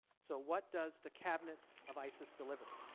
so what does the cabinet of isis deliver?